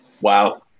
Wow